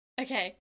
Okay